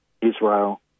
Israel